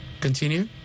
Continue